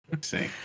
see